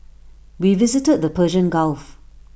we visited the Persian gulf